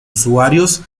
usuarios